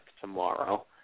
tomorrow